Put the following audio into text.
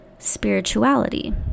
spirituality